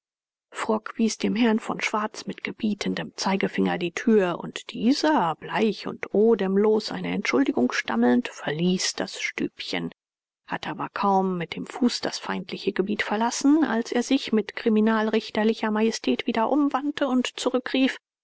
frock wies dem herrn von schwarz mit gebietendem zeigefinger die tür und dieser bleich und odemlos eine entschuldigung stammelnd verließ das stübchen hatte aber kaum mit dem fuß das feindliche gebiet verlassen als er sich mit kriminalrichterlicher majestät wieder umwandte und zurück